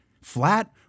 Flat